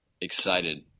excited